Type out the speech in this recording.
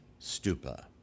stupa